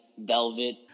velvet